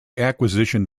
acquisition